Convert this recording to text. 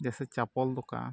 ᱡᱮᱥᱮ ᱪᱟᱯᱚᱞ ᱫᱚᱠᱟᱱ